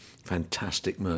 fantastic